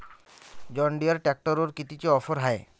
John Deere ट्रॅक्टरवर कितीची offer हाये?